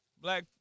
black